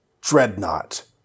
dreadnought